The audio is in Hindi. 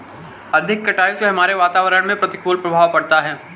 अधिक कटाई से हमारे वातावरण में प्रतिकूल प्रभाव पड़ता है